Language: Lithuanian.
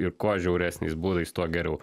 ir kuo žiauresniais būdais tuo geriau